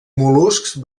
mol·luscs